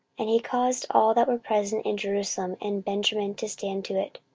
and he caused all that were present in jerusalem and benjamin to stand to it.